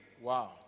Wow